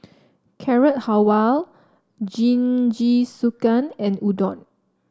Carrot Halwa Jingisukan and Udon